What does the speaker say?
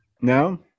No